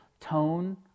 tone